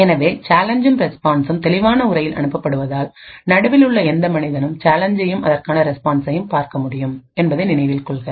எனவே சேலஞ்சும் ரெஸ்பான்சும் தெளிவான உரையில் அனுப்பப்படுவதால் நடுவில் உள்ள எந்த மனிதனும் சேலஞ்சையும்அதற்கான ரெஸ்பான்சையும் பார்க்க முடியும் என்பதை நினைவில் கொள்க